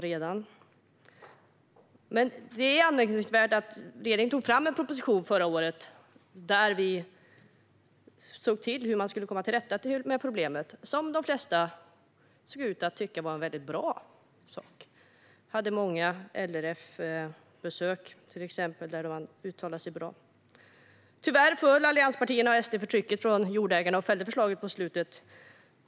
Men det är anmärkningsvärt: Regeringen tog förra året fram en proposition där vi såg till hur man skulle komma till rätta med problemet. De flesta såg ut att tycka att detta var en väldigt bra sak. Det gjordes till exempel många LRF-besök där man uttalade sig positivt. Tyvärr föll allianspartierna för trycket från jordägarna och fällde förslaget på slutet.